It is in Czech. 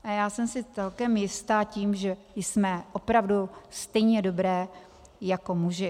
A já jsem si celkem jistá tím, že jsme opravdu stejně dobré jako muži.